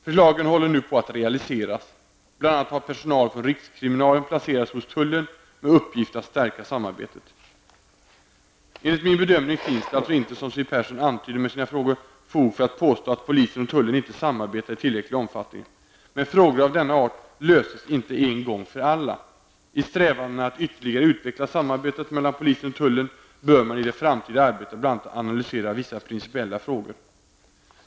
Förslagen håller nu på att realiseras. Bl.a. har personal från rikskriminalen placerats hos tullen med uppgift att stärka samarbetet. Enligt min bedömning finns det alltså inte, som Siw Persson antyder med sina frågor, fog för att påstå att polisen och tullen inte samarbetar i tillräcklig omfattning. Men frågor av denna art löses inte en gång för alla. I strävandena att ytterligare utveckla samarbetet mellan polisen och tullen bör man i det framtida arbetet bl.a. analysera vissa principiella frågor.